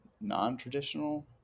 Non-traditional